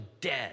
dead